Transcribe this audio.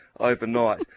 overnight